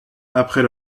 après